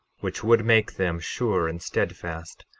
which would make them sure and steadfast,